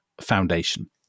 Foundation